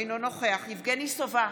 אינו נוכח יבגני סובה,